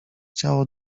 ciało